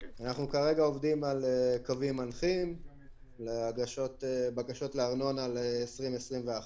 אנחנו כרגע עובדים על קווים מנחים להגשת בקשות לארנונה ל-2021.